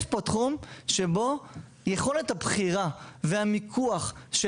יש פה תחום שבו יכולת הבחירה והמיקוח של